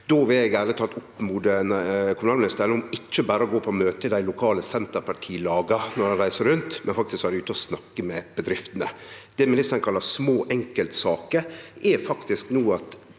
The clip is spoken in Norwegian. talt oppmode kommunalministeren om ikkje berre å gå på møte i dei lokale Senterparti-laga når han reiser rundt, men faktisk vere ute og snakke med bedriftene. Det ministeren kallar små enkeltsaker, er faktisk at